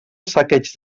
saqueig